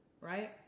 Right